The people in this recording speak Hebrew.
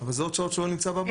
זה שעות שהוא לא נמצא בבית.